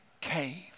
cave